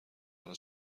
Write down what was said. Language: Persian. حالا